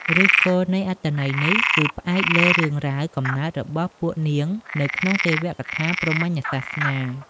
ឫសគល់នៃអត្ថន័យនេះ គឺផ្អែកលើរឿងរ៉ាវកំណើតរបស់ពួកនាងនៅក្នុងទេវកថាព្រហ្មញ្ញសាសនា។